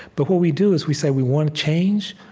but what we do is, we say we want change,